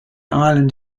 island